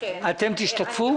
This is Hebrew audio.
אתם תשתתפו?